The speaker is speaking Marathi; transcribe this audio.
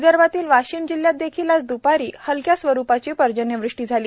विदर्भातील वाशिम जिल्ह्यात देखील आज दौपरी हलक्या स्वरूपाची पर्जन्यवृष्टी झाली